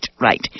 right